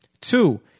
Two